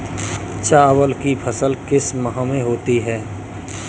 चावल की फसल किस माह में होती है?